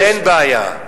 אין בעיה.